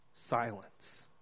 silence